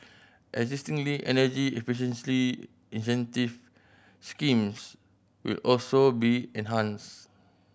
existingly energy efficiencily incentive schemes will also be enhanced